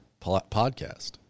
podcast